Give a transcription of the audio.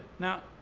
now,